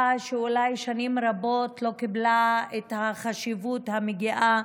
שאולי שנים רבות לא קיבלה את החשיבות המגיעה